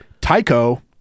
Tyco